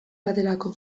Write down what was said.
baterako